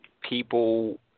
people